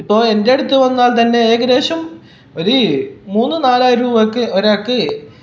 ഇപ്പോൾ എൻ്റടുത്ത് വന്നാൽ തന്നെ ഒരേകദേശം ഒരു മൂന്ന് നാലായിരം രൂപയ്ക്ക് ഒരാൾക്ക്